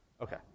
Okay